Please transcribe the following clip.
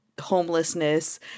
homelessness